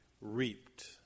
reaped